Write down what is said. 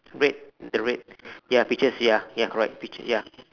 red the red ya pictures ya ya correct picture ya